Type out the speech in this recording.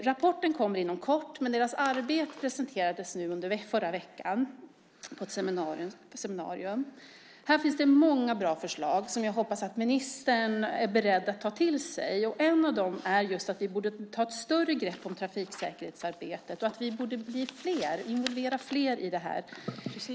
Rapporten kommer inom kort, men deras arbete presenterades på ett seminarium förra veckan. Här finns det många bra förslag, som jag hoppas att ministern är beredd att ta till sig. Ett av dem är just att vi borde ta ett större grepp om trafiksäkerhetsarbetet och att vi borde involvera fler i det här.